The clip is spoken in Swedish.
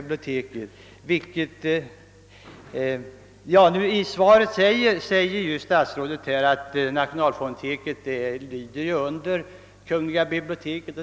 I svaret säger statsrådet att nationalfonoteket lyder under kungl. biblioteket.